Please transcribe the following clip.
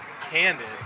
candid